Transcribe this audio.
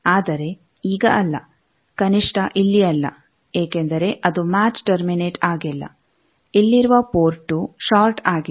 ಆದರೆ ಈಗ ಅಲ್ಲ ಕನಿಷ್ಠ ಇಲ್ಲಿ ಅಲ್ಲ ಏಕೆಂದರೆ ಅದು ಮ್ಯಾಚ್ ಟರ್ಮಿನೇಟ್ ಆಗಿಲ್ಲ ಇಲ್ಲಿರುವ ಪೋರ್ಟ್ 2 ಷಾರ್ಟ್ ಆಗಿದೆ